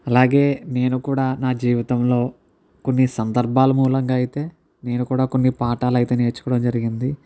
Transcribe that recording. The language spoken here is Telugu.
అలాగే నేను కూడా నా జీవితంలో కొన్ని సందర్భాల మూలంగా అయితే నేను కూడా కొన్ని పాఠాలు అయితే నేర్చుకోవడం జరిగింది